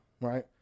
right